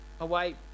away